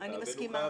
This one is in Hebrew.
התקנות,